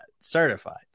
Certified